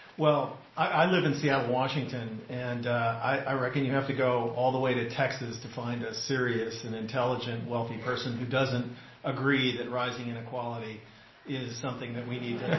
well, i live in seattle, washington, and i reckon you have to go all the way to texas to find a serious and intelligent wealthy person who doesn't agree that rising inequality is something that we need